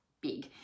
big